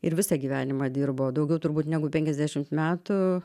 ir visą gyvenimą dirbo daugiau turbūt negu penkiasdešim metų